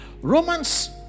Romans